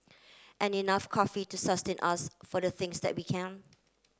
and enough coffee to sustain us for the things that we can